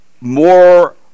more